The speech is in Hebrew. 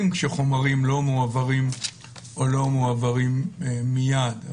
כשחומרים לא מועברים או לא מועברים מיד.